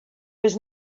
was